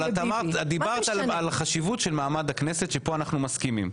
אבל את דיברת על חשיבות מעמד הכנסת שפה אנחנו מסכימים,